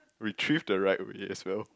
retrieve the right way as well